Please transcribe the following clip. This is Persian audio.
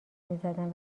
میزدن